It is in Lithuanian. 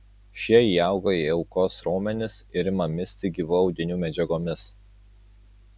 šie įauga į aukos raumenis ir ima misti gyvų audinių medžiagomis